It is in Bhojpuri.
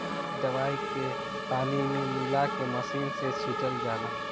इ दवाई के पानी में मिला के मिशन से छिटल जाला